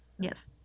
Yes